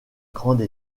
grande